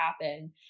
happen